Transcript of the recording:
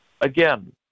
Again